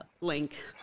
link